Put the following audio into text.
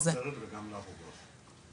וגם למבשרת וגם לאבו גוש.